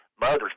mother's